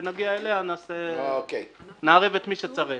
וכשנגיע אליה נערב את מי שצריך.